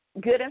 Good